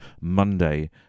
Monday